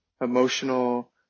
emotional